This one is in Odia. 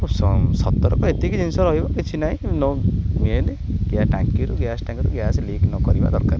ସତର୍କ ଏତିକି ଜିନିଷ ରହିବ କିଛି ନାହିଁ ଟାଙ୍କିରୁ ଗ୍ୟାସ୍ ଟାଙ୍କିରୁ ଗ୍ୟାସ୍ ଲିକ୍ ନ କରିବା ଦରକାର